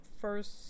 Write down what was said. first